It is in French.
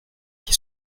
qui